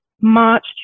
March